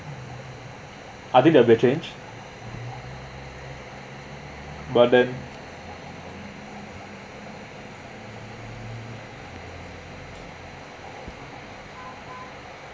I think they will change but then